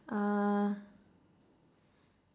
uh